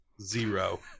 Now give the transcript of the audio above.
zero